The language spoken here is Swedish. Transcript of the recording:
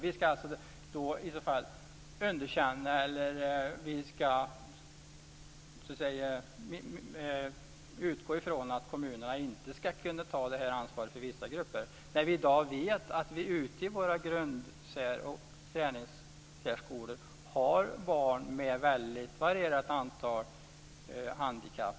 Vi ska utgå från att kommunerna inte kan ta det här ansvaret för vissa grupper. Vi vet att vi i dag ute i våra grund och särskolor har barn med mycket varierande antal handikapp.